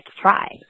try